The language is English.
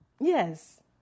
yes